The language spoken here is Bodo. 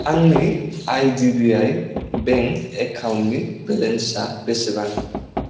आंनि I D B I bank एकाउन्टनि बेलेन्सा बेसेबां